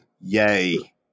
Yay